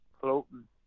floating